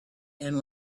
and